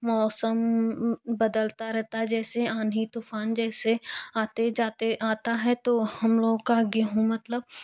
मौसम बदलता रहता जैसे आँधी तूफान जैसे आते जाते आता है तो हम लोग का गेहूँ मतलब